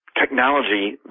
technology